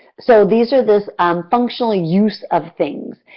so, these are this um functional use of things.